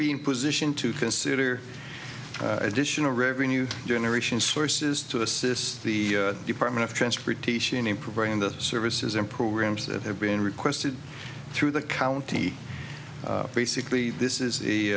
be in position to consider additional revenue generation sources to assist the department of transportation in providing the services and programs that have been requested through the county basically this is